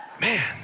Man